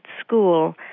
school